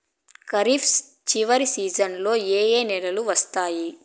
ఖరీఫ్ చివరి సీజన్లలో ఏ ఏ నెలలు వస్తాయి